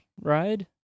ride